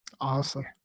Awesome